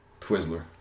Twizzler